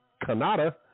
canada